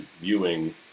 viewing